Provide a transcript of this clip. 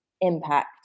impact